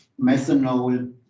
methanol